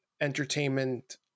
entertainment